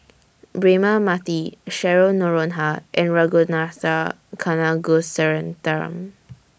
Braema Mathi Cheryl Noronha and Ragunathar Kanagasuntheram